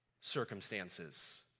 circumstances